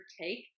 take